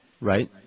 Right